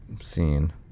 scene